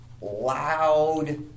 loud